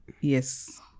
Yes